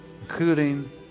Including